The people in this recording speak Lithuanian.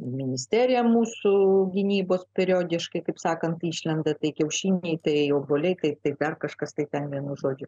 ministerija mūsų gynybos periodiškai kaip sakantišlenda tai kiaušiniai tai obuoliai tai dar kažkas tai ten vienu žodžiu